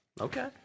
Okay